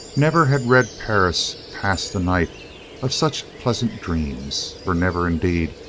never had red perris passed a night of such pleasant dreams. for never, indeed,